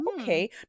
okay